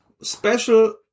special